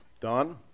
Don